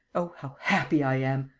oh, how happy i am!